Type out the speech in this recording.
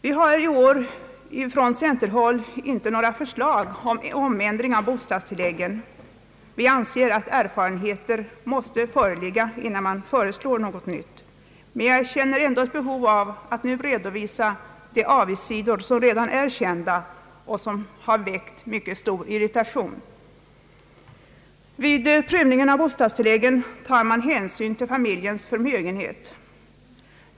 Vi har i år från centerpartihåll inte framlagt några förslag om ändring av bostadstilläggen. Vi anser att erfarenheter bör föreligga, innan det föreslås någonting nytt. Men jag känner ändå ett behov av att nu redovisa de avigsidor som redan är kända och som har väckt mycket stor irritation. Vid prövning av bostadstilläggen tar man hänsyn till familjens förmögenhet.